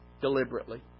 Deliberately